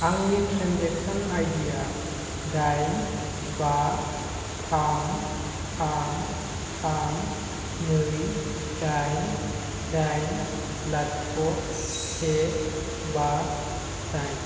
आंनि ट्रेन्जेक्सन आइडीआ दाइन बा थाम थाम थाम नै दाइन दाइन लाथिख' से बा दाइन